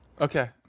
okay